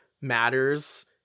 matters